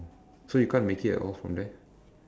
so you can't make it at all from there